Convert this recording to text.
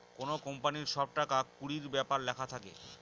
কোনো কোম্পানির সব টাকা কুড়ির ব্যাপার লেখা থাকে